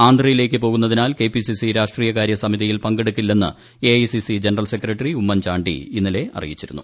ആന്ധ്രയിലേക്കു പോകുന്നതിനാൽ കെപിസിസി രാഷ്ട്രീയകാര്യ സമിതിയിൽ പങ്കെടു ക്കില്ലെന്ന് എഐസിസി ജനറൽ സെക്രട്ടറി ഉമ്മൻചാണ്ടി ഇന്നലെ അറിയിച്ചിരുന്നു